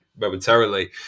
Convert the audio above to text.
Momentarily